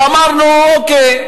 ואמרנו: אוקיי,